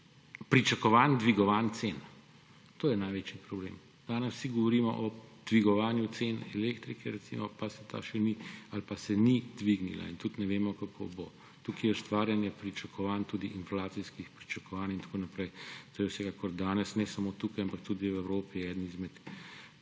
pričakovanj dvigovanj cen. To je največji problem. Danes vsi recimo govorimo o dvigovanju cen elektrike, pa se ta še ni ali pa se ni dvignila; in tudi ne vemo, kako bo. Tukaj je ustvarjanje pričakovanj, tudi inflacijskih pričakovanj in tako naprej. To je danes vsekakor ne samo tukaj, ampak tudi v Evropi eden izmed